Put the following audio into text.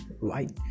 Right